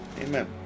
Amen